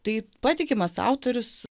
tai patikimas autorius